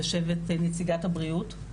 יושבת נציגת הבריאות,